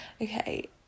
Okay